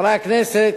חברי הכנסת,